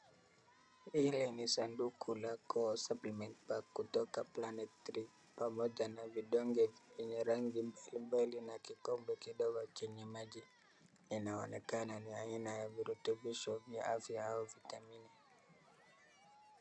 Hili ni sanduku la supplement pack kutoka planet 3 pamoja na vidonge vyenye rangi mbalimbali na kikombe kidogo chenye maji inaonekana, ni aina ya virutubisho vya afya au vitamini.